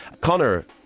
Connor